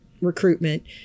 recruitment